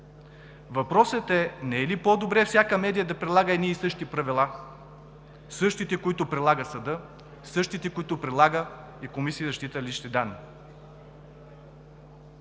Въпросът е: не е ли по добре всяка медия да прилага едни и същи правила, същите които прилага съдът, същите които прилага и Комисията за защита на личните данни?